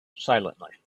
silently